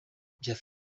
afurika